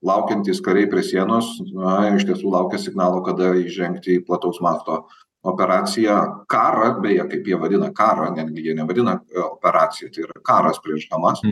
laukiantys kariai prie sienos na iš tiesų laukia signalo kada įžengti į plataus masto operaciją karą beje kaip jie vadina karą netgi nevadina operacija tai yra karas prieš hamas